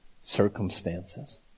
circumstances